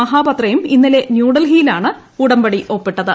മഹാപത്രയും ഇന്നലെ ന്യൂഡൽഹിയിലാണ് ഉടമ്പടി ഒപ്പിട്ടത്